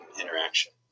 interaction